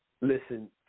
Listen